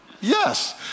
Yes